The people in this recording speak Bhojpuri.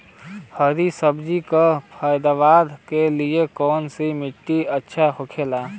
हरी सब्जी के पैदावार के लिए कौन सी मिट्टी अच्छा होखेला?